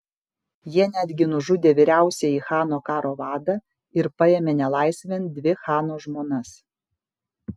jie netgi nužudė vyriausiąjį chano karo vadą ir paėmė nelaisvėn dvi chano žmonas